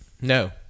No